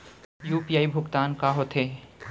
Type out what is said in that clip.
UPI भुगतान का होथे?